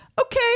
okay